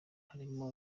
harimo